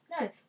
No